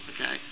okay